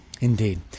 Indeed